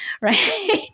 right